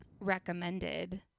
recommended